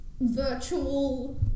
virtual